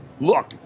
look